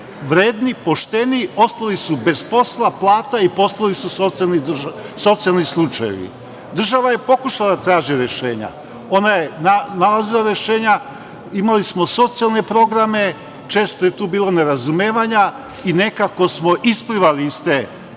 vredni, pošteni ostali su bez posla, plata i postali su socijalni slučajevi. Država je pokušala da traži rešenja. Ona je nalazila rešenja. Imali smo socijalne programe, često je tu bilo nerazumevanja i nekako smo isplivali iz te